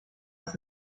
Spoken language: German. ist